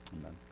amen